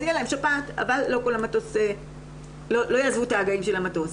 הם לא יעזבו את ההגאים של המטוס.